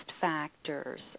factors